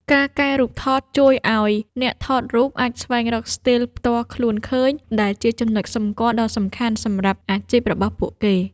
ការកែរូបថតជួយឱ្យអ្នកថតរូបអាចស្វែងរកស្ទីលផ្ទាល់ខ្លួនឃើញ ដែលជាចំណុចសម្គាល់ដ៏សំខាន់សម្រាប់អាជីពរបស់ពួកគេ។